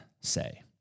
say